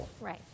Right